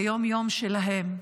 ביום-יום שלהם,